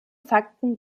fakten